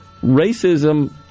racism